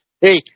Hey